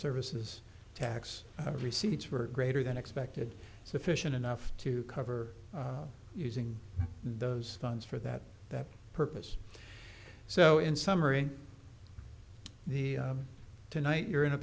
services tax receipts were greater than expected so efficient enough to cover using those funds for that that purpose so in summary the tonight you're in a